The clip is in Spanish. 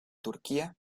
turquía